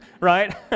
right